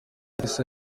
mpyisi